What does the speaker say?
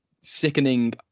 sickening